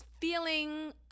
feeling